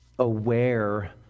aware